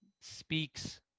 speaks